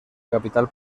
capital